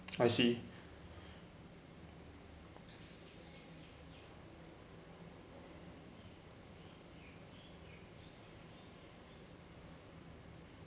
I see